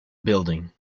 building